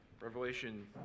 Revelation